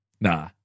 Nah